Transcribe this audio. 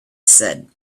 said